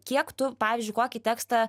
kiek tu pavyzdžiui kokį tekstą